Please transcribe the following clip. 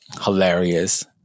hilarious